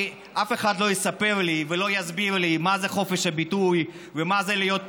אף אחד לא יספר לי ולא יסביר לי מה זה חופש הביטוי ומה זה להיות פליט.